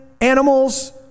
animals